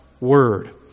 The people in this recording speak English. word